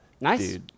Nice